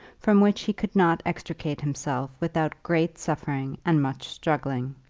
from which he could not extricate himself without great suffering and much struggling.